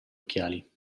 occhiali